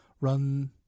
run